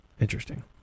interesting